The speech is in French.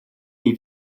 les